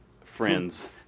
friends